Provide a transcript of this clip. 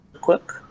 quick